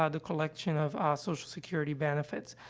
ah the collection of, ah, social security benefits.